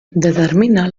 determina